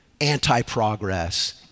anti-progress